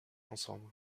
ensemble